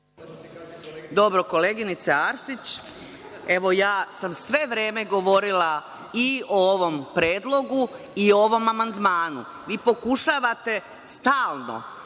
Dobro koleginice Arsić. Evo, ja sam sve vreme govorila i o ovom predlogu i ovom amandmanu. Vi pokušavate stalno